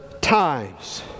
times